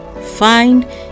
find